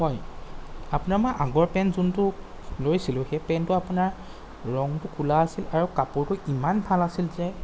হয় আপোনাৰ মই আগৰ পেণ্ট যোনটো লৈছিলোঁ সেই পেনটো আপোনাৰ ৰঙটো ক'লা আছিল আৰু কাপোৰটো ইমান ভাল আছিল যে